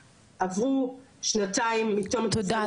תודה אפרת כבר היינו בסיפור הזה.